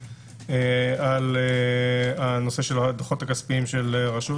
על הנושא של הדוחות הכספיים של הרשות.